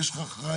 יש לך רעיון?